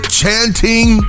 chanting